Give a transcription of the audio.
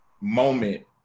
moment